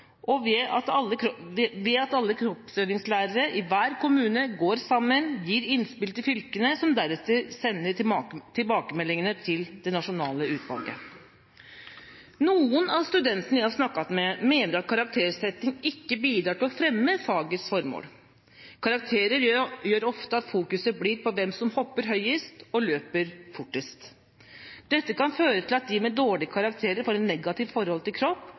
ved at alle kroppsøvingslærere i hver kommune går sammen, gir innspill til fylkene, som deretter sender tilbakemeldingene til det nasjonale utvalget. Noen av studentene jeg har snakket med, mener at karaktersetting ikke bidrar til å fremme fagets formål. Karakterer gjør ofte at fokuset blir på hvem som hopper høyest og løper fortest. Dette kan føre til at de med dårlige karakterer får et negativt forhold til kropp